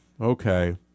okay